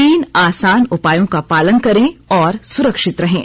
तीन आसान उपायों का करें पालन और सुरक्षित रहें